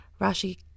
Rashi